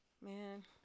man